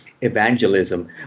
evangelism